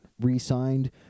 re-signed